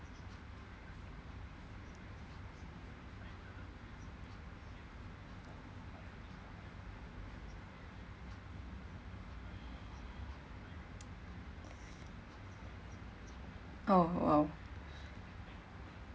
oh oh